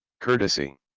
Courtesy